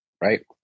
Right